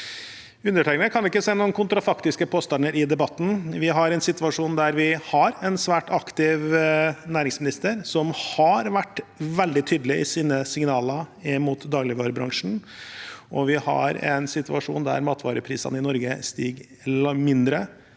Undertegnede kan ikke se noen kontrafaktiske påstander i debatten. Vi har en situasjon der vi har en svært aktiv næringsminister, som har vært veldig tydelig i sine signaler til dagligvarebransjen. Vi har en situasjon der matvareprisene i Norge stiger mindre